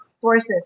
sources